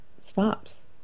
stops